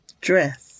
dress